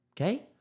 Okay